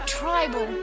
tribal